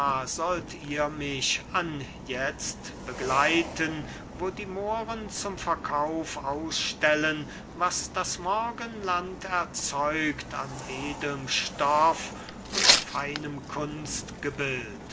sollt ihr mich anjetzt begleiten wo die mohren zum verkauf ausstellen was das morgenland erzeugt an edelm stoff und feinem